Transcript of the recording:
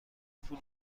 پول